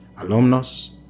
alumnus